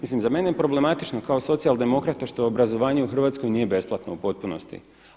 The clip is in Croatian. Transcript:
Mislim za mene je problematično kao socijaldemokrata što obrazovanje u Hrvatskoj nije besplatno u potpunosti.